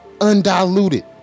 undiluted